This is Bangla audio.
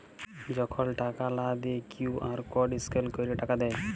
যখল টাকা লা দিঁয়ে কিউ.আর কড স্ক্যাল ক্যইরে টাকা দেয়